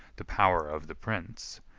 the power of the prince,